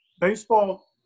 Baseball